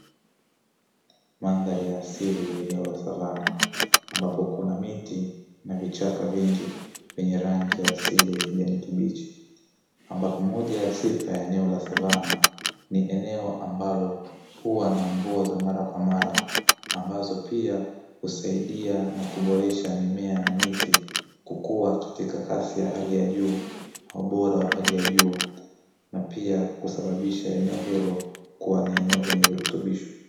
Mandhari ya asili eneo la savana ambapo kuna miti na vichaka vingi vyenye rangi ya asili ya kijani kibichi, ambapo moja ya sifa ya eneo la savana ni eneo ambalo huwa na mvua za mara kwa mara ambazo pia husaidia na kuboresha mimea na miti kukua katika kasi ya hali ya juu na ubora wa hali ya juu; na pia kusababisha eneo hilo kuwa ni eneo lenye virutubisho.